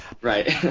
Right